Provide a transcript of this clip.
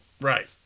Right